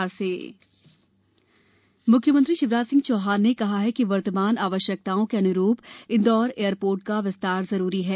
मुख्यमंत्री मुख्यमंत्री शिवराज सिंह चौहान ने कहा है कि वर्तमान आवश्यकताओं के अनुरूप इंदौर एयरपोर्ट का विस्तार जरूरी है